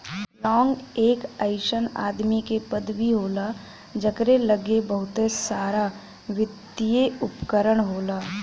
लांग एक अइसन आदमी के पदवी होला जकरे लग्गे बहुते सारावित्तिय उपकरण होला